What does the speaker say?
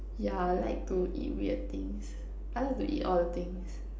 yeah I like to eat weird things I like to eat all the things